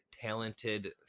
talented